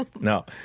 no